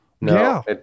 No